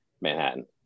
Manhattan